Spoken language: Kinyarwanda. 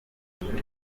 none